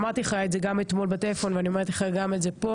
אמרתי לך את זה אתמול בטלפון ואומרת לך גם פה.